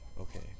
okay